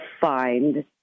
find